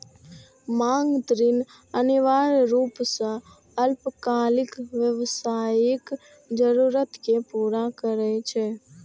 मांग ऋण अनिवार्य रूप सं अल्पकालिक व्यावसायिक जरूरत कें पूरा करै छै